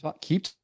keep